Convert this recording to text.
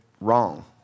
Wrong